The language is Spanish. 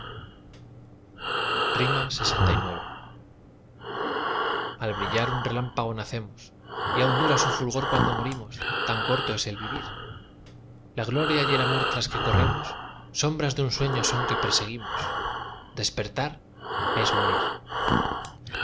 lxix al brillar un relámpago nacemos y aún dura su fulgor cuando morimos tan corto es el vivir la gloria y el amor tras que corremos sombras de un sueño son que perseguimos despertar es morir